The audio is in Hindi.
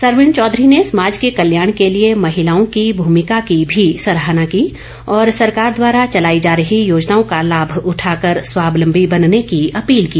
सरवीण चौधरी ने समाज के कल्याण के लिए महिलाओं की भूमिका की भी सराहना की और सरकार द्वारा चलाई जा रही योजनाओं का लाभ उठाकर स्वावलंबी बनने की अपील की